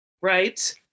Right